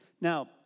Now